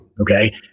okay